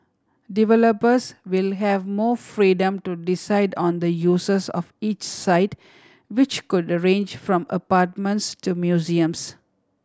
developers will have more freedom to decide on the uses of each site which could arange from apartments to museums